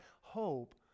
hope